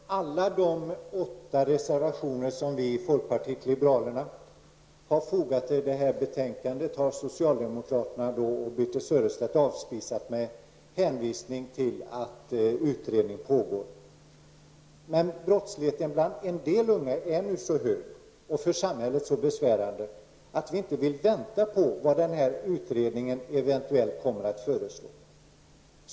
Herr talman! Alla de åtta reservationer som vi i folkpartiet liberalerna har fogat till det här betänkandet har socialdemokraterna och Birthe Sörestedt avspisat med hänvisning till att utredning pågår. Men brottsligheten bland en del unga är nu så hög och för samhället så besvärande att vi inte vill vänta på vad den utredningen kommer att föreslå.